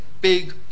big